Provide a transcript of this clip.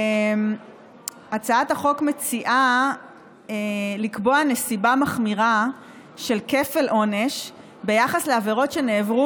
הצעת החוק מציעה לקבוע נסיבה מחמירה של כפל עונש ביחס לעבירות שנעברו